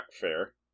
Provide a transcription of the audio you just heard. Fair